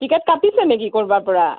ticket কাটিছে নেকি ক'ৰবাৰ পৰা